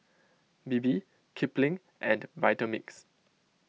Bebe Kipling and Vitamix